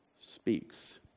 speaks